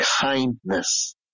kindness